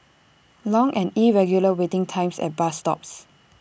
long and irregular waiting times at bus stops